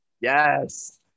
Yes